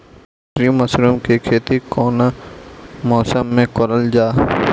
ढीघरी मशरूम के खेती कवने मौसम में करल जा?